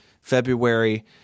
February